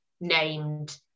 named